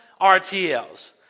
RTLs